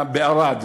בערד,